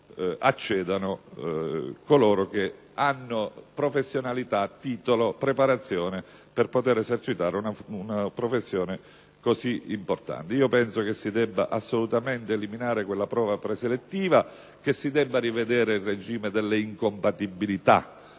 accedano coloro che hanno professionalità, titolo, preparazione per poter esercitare una professione così importante. Penso, pertanto, che si debba assolutamente eliminare la previsione della prova preselettiva, che si debba rivedere il regime delle incompatibilità